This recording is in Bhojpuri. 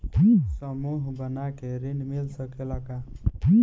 समूह बना के ऋण मिल सकेला का?